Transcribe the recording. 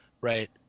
right